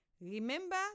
Remember